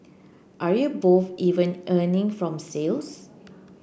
are you both even earning from sales